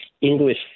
English